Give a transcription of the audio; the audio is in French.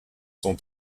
son